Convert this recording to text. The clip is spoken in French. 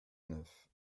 neuf